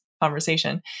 conversation